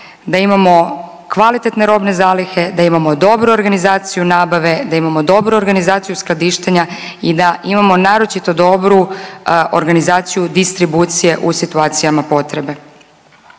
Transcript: da imamo kvalitetne robne zalihe, da imamo dobru organizaciju nabave, da imamo dobru organizaciju skladištenja i da imamo naročito dobru organizaciju distribucije u situacijama potrebe.